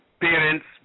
parents